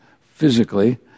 physically